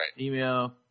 email